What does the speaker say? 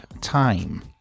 time